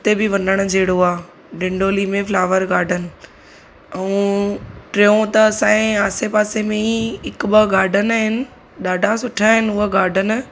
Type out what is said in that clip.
हुते बि वञण जहिड़ो आहे डिंडोली में फ्लावर गार्डन ऐं टियों त असांजे आसे पासे में ई हिकु ॿ गार्डन आहिनि ॾाढा सुठा आहिनि हुअ गार्डन